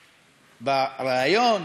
ברעיון,